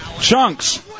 Chunks